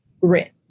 grit